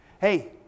Hey